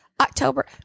October